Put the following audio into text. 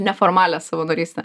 neformalią savanorystę